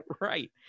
right